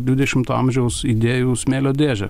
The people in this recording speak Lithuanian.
dvidešimto amžiaus idėjų smėlio dėžę